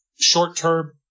short-term